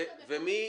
הרשות המקומית תקבע,